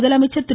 முதலமைச்சர் திரு